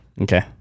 Okay